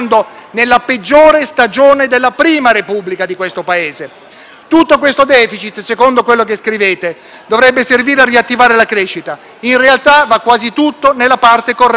Tutto questo *deficit*, secondo quello che scrivete, dovrebbe servire a riattivare la crescita ma, in realtà, va quasi tutto nella parte corrente: lo *stop* all'aumento dell'IVA che, peraltro, si ferma